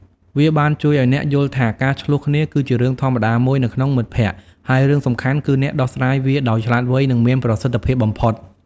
វាបានជួយឱ្យអ្នកយល់ថា ការឈ្លោះគ្នាគឺជារឿងធម្មតាមួយនៅក្នុងមិត្តភាព ហើយរឿងសំខាន់គឺអ្នកដោះស្រាយវាដោយឆ្លាតវៃនិងមានប្រសិទ្ធភាពបំផុត។